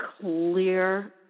clear